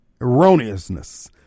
erroneousness